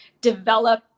develop